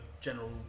general